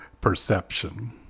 perception